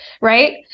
right